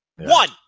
One